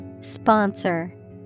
Sponsor